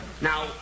Now